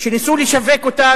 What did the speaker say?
שניסו לשווק אותה